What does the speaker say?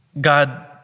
God